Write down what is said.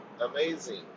amazing